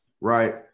right